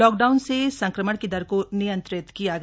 lockdown से संक्रमण की दर को नियंत्रित किया गया